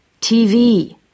TV